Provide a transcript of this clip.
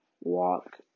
walk